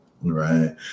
right